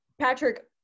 Patrick